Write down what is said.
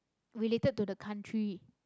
related to the country